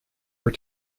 were